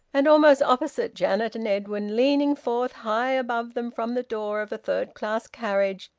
and almost opposite janet and edwin, leaning forth high above them from the door of a third-class carriage,